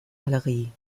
galerie